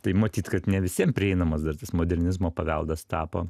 tai matyt kad ne visiem prieinamas dar tas modernizmo paveldas tapo